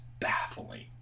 baffling